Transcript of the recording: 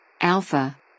Alpha